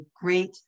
great